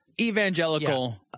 evangelical